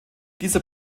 dieser